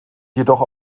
jedoch